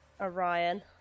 Orion